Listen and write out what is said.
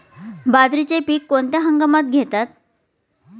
बाजरीचे पीक कोणत्या हंगामात घेतात?